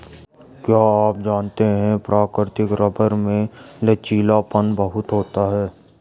क्या आप जानते है प्राकृतिक रबर में लचीलापन बहुत होता है?